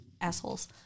assholes